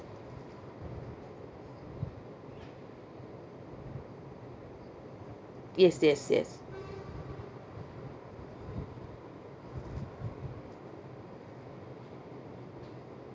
yes yes yes